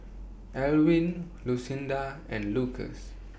Alwine Lucinda and Lucas